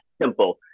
simple